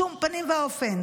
בשום פנים ואופן.